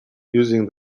using